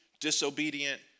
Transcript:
disobedient